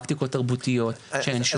פרקטיקות תרבותיות שהן שונות.